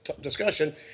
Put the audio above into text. discussion